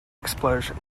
explosion